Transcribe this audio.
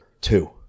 Two